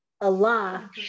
Allah